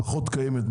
פחות קיימת,